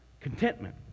Contentment